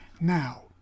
Now